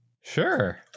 Sure